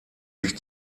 sich